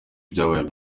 ibyabaye